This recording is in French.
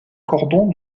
cordon